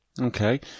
Okay